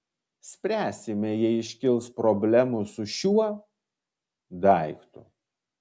spręsime jei iškils problemų su šiuo daiktu